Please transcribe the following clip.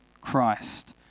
Christ